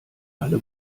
alle